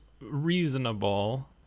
reasonable